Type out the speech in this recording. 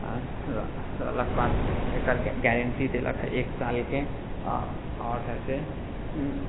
आ रहलाक बात एकर गारन्टी देलक हँ एक सालके आ आओर घरसे